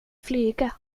flyga